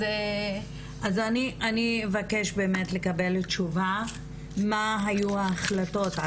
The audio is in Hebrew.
אז אני אבקש באמת לקבל תושבה מה היו ההחלטות?